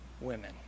women